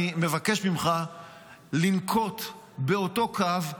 אני מבקש ממך לנקוט באותו קו,